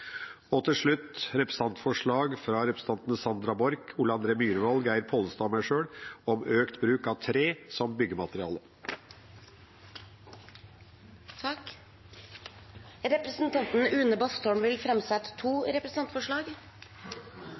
anleggsarbeidsplasser. Til slutt fremmer jeg på vegne av representantene Sandra Borch, Ole André Myhrvold, Geir Pollestad og meg sjøl representantforslag om økt bruk av tre som byggemateriale. Representanten Une Bastholm vil framsette to representantforslag.